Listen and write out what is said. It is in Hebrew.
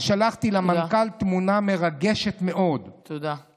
שלחתי למנכ"ל תמונה מרגשת מאוד, תודה.